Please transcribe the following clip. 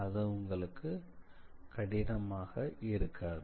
அது உங்களுக்கு கடினமாக இருக்காது